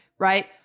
right